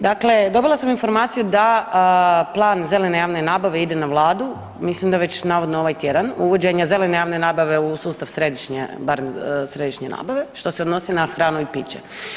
Dakle, dobila sam informaciju da Plan zelene javne nabave ide na vladu, mislim da već navodno ovaj tjedan, uvođenje zelene javne nabave u sustav središnje barem središnje nabave što se odnosi na hranu i piće.